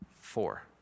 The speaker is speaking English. Four